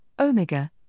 omega